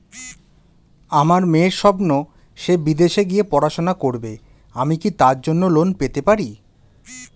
আমার মেয়ের স্বপ্ন সে বিদেশে গিয়ে পড়াশোনা করবে আমি কি তার জন্য লোন পেতে পারি?